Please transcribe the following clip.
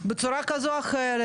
בצורה כזו או אחרת,